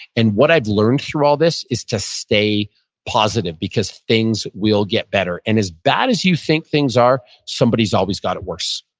and what i've learned through all this is to stay positive. because things will get better and as bad as you think things are, somebody's always got it worse.